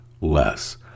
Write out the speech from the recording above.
less